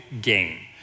game